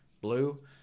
blue